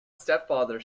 stepfather